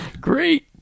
great